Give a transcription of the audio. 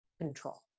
control